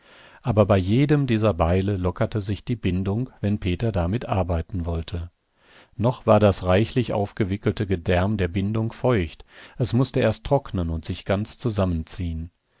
aber bei jedem dieser beile lockerte sich die bindung wenn peter damit arbeiten wollte noch war das reichlich aufgewickelte gedärm der bindung feucht es mußte erst trocknen und sich ganz zusammenziehen